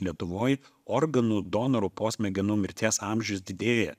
lietuvoj organų donorų po smegenų mirties amžius didėja